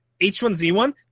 H1Z1